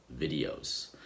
videos